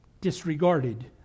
disregarded